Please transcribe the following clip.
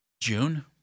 June